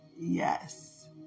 Yes